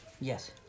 Yes